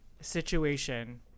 situation